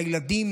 לילדים,